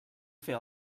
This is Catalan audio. fer